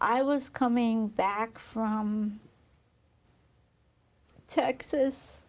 i was coming back from texas